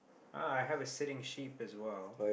ah I have a sitting sheep as well